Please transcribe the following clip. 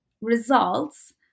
results